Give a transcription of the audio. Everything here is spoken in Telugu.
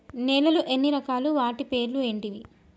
నేలలు ఎన్ని రకాలు? వాటి పేర్లు ఏంటివి?